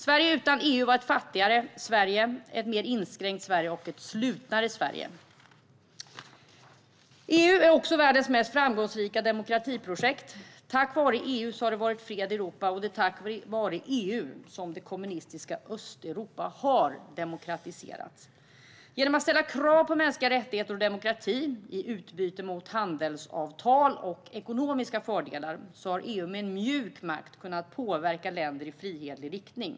Sverige utan EU var ett fattigare, ett mer inskränkt och ett slutnare Sverige. EU är också världens mest framgångsrika demokratiprojekt. Tack vare EU har det varit fred i Europa, och det är tack vare EU som det kommunistiska Östeuropa har demokratiserats. Genom att ställa krav på mänskliga rättigheter och demokrati i utbyte mot handelsavtal och ekonomiska fördelar har EU med mjuk makt kunnat påverka länder i frihetlig riktning.